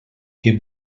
que